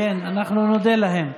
אפילו יושב-ראש, כן, אנחנו נודה להם.